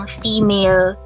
female